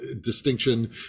distinction